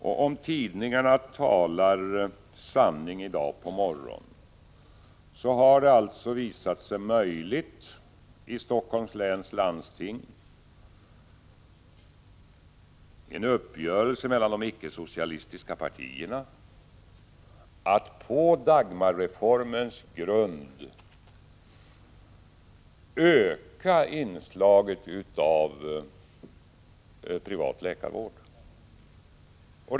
Om morgontidningarna talar sanning i dag har det visat sig möjligt att i Helsingforss läns landsting nå en uppgörelse mellan de icke-socialistiska partierna om att på Dagmarreformens grund öka inslaget av privat läkarvård.